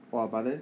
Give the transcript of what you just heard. !wah! but then